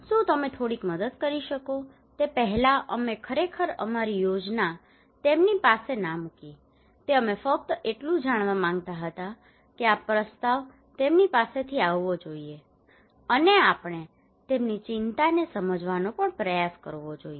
શું તમે થોડીક મદદ કરી શકો છો તે પહેલાં અમે ખરેખર અમારી યોજના તેમની પાસે ના મૂકી તે અમે ફક્ત એટલું જાણવા માગતા હતા કે આ પ્રસ્તાવ તેમની પાસેથી આવવો જોઈએ અને આપણે તેમની ચિંતાને સમજવાનો પણ પ્રયાસ કરવો જોઈએ